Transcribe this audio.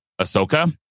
Ahsoka